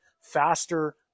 faster